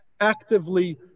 actively